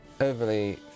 overly